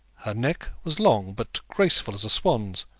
her neck was long, but graceful as a swan's,